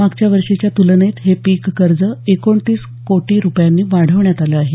मागच्या वर्षीच्या तुलनेत हे पीक कर्ज एकोणतीस कोटी रुपयांनी वाढवण्यात आलं आहे